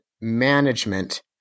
management